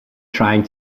trying